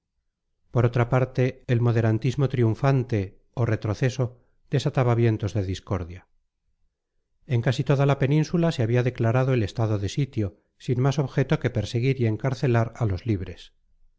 por otra parte el moderantismo triunfante o retroceso desataba vientos de discordia en casi toda la península se había declarado el estado de sitio sin más objeto que perseguir y encarcelar a los libres